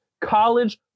college